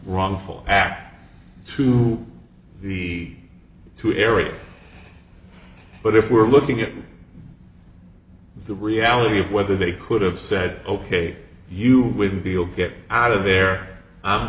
wrongful act to the two eric but if we're looking at the reality of whether they could have said ok you wouldn't be able to get out of there